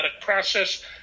process